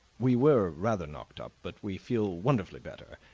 we were rather knocked up, but we feel wonderfully better.